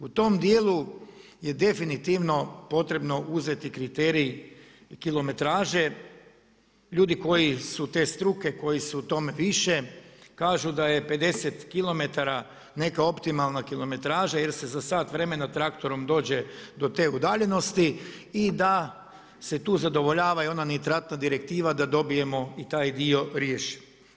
U tom dijelu je definitivno potrebno uzeti kriterij kilometraže, ljudi koji su te struke, koji su u tome više kažu da je 50km neka optimalna kilometraža jer se za sat vremena traktorom dođe do te udaljenosti i da se tu zadovoljava ona Nitratna direktiva da dobijemo i taj dio riješen.